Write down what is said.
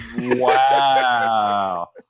Wow